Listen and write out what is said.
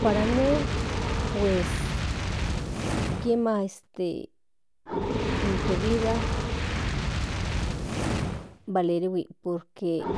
Para in ne pues kiema in to vida valerihui por que